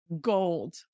gold